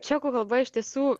čekų kalba iš tiesų